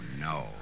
no